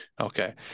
Okay